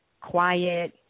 quiet